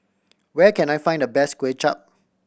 where can I find the best Kuay Chap